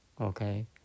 Okay